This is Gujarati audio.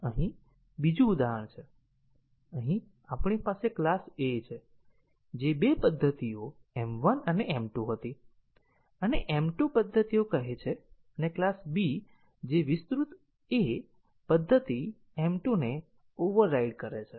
અહીં બીજું ઉદાહરણ છે અહીં આપણી પાસે ક્લાસ A છે જે બે પદ્ધતિઓ m1 અને m2 હતી અને m m2 પદ્ધતિઓ કહે છે અને ક્લાસ B જે વિસ્તૃત A પદ્ધતિ m2 ને ઓવરરાઇડ કરે છે